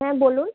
হ্যাঁ বলুন